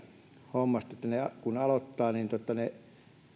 hommasta että he kun aloittavat he